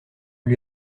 lui